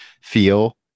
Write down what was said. feel